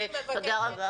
תודה רבה.